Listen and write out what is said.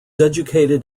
educated